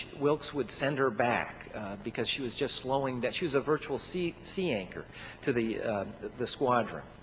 wilkes would send her back because she was just slowing, that she was a virtual sea sea anchor to the the squadron.